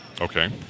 Okay